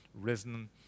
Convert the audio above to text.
risen